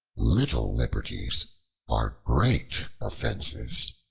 little liberties are great offenses.